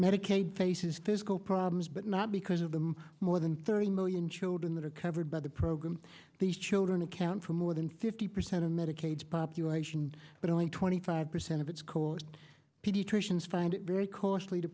medicaid faces physical problems but not because of them more than thirty million children that are covered by the program these children account for more than fifty percent of medicaid population but only twenty five percent of its cost pediatricians find it very costly to